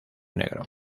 negro